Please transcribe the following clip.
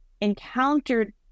encountered